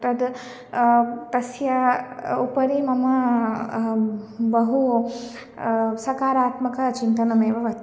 तद् तस्य उपरि मम बहु सकारात्मकं चिन्तनमेव वर्तते